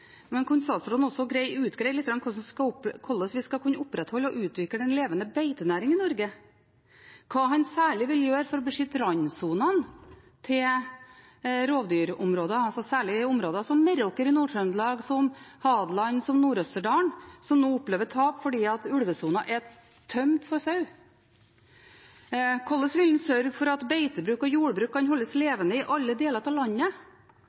men kunne statsråden også greie ut litt hvordan vi skal kunne opprettholde og utvikle en levende beitenæring i Norge? Hva vil han særlig gjøre for å beskytte randsonene til rovdyrområdet, altså særlig områder som Meråker i Nord-Trøndelag, som Hadeland, som Nord-Østerdalen, som nå opplever tap fordi ulvesonen er tømt for sau? Hvordan vil han sørge for at beitebruk og jordbruk kan holdes levende i alle deler av landet?